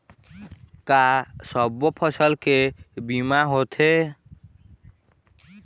का सब्बो फसल के बीमा होथे?